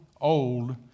old